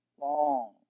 Long